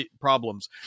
problems